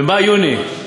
במאי-יוני,